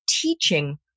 teaching